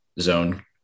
zone